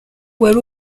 wari